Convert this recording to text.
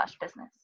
business